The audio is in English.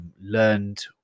learned